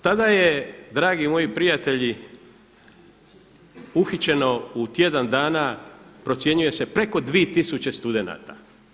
Tada je dragi moji prijatelji uhićeno u tjedan dana procjenjuje se preko 2 tisuće studenata.